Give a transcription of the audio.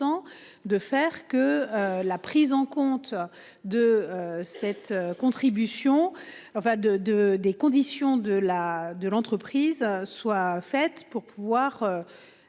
de faire que la prise en compte de cette contribution enfin de de des conditions de la de l'entreprise soit faite pour pouvoir.